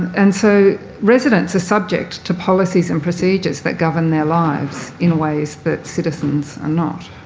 and so residents are subject to policies and procedures that govern their lives in ways that citizens are not.